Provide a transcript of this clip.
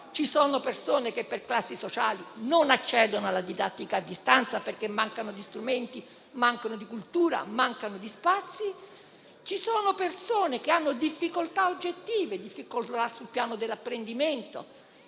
ci sono persone che, per classi sociali, non accedono alla didattica a distanza, perché mancano di strumenti, di cultura, di spazi; ci sono persone che hanno difficoltà oggettive sul piano dell'apprendimento: